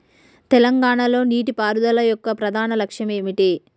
తెలంగాణ లో నీటిపారుదల యొక్క ప్రధాన లక్ష్యం ఏమిటి?